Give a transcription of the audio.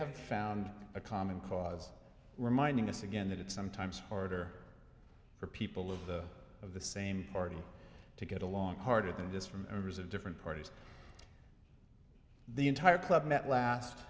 have found a common cause reminding us again that it's sometimes harder for people of the of the same party to get along harder than just from members of different parties the entire club met